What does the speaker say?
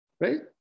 right